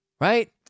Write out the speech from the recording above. right